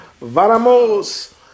Vamos